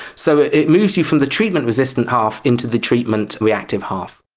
so it moves you from the treatment resistant half into the treatment reactive half.